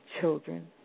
children